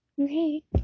Okay